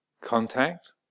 contact